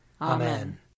Amen